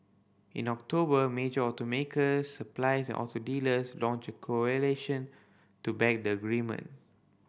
in October major automakers suppliers and auto dealers launched a coalition to back the agreement